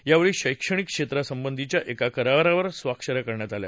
यावेळी शक्तभिक क्षेत्रासंबंधीच्या एका करारावर स्वाक्षऱ्या करण्यात आल्या